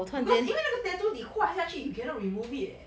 because 因为那个 tattoo 你画下去 you cannot remove it eh